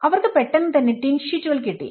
അവർക്ക് പെട്ടെന്ന് തന്നെ ടിൻ ഷീറ്റുകൾ കിട്ടി